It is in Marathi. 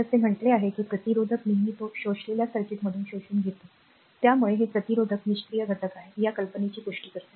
मी असे म्हटले आहे की प्रतिरोधक नेहमी तो शोषलेल्या सर्किटमधून शोषून घेतो यामुळे हे प्रतिरोधक निष्क्रीय घटक आहे या कल्पनेची पुष्टी करते